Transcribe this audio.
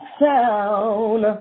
sound